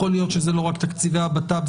יכול להיות שאלה לא רק תקציבי הבט"פ,